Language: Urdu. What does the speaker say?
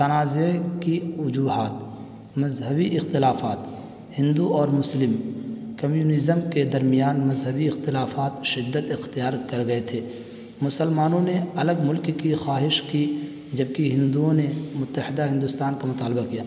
تنازع کی وجوہات مذہبی اختلافات ہندو اور مسلم کمیونزم کے درمیان مذہبی اختلافات شدت اختیار کر گئے تھے مسلمانوں نے الگ ملک کی خواہش کی جب کہ ہندوؤں نے متحدہ ہندوستان کا مطالبہ کیا